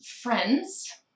Friends